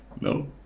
No